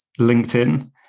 LinkedIn